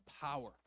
power